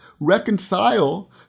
reconcile